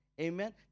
Amen